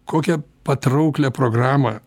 kokią patrauklią programą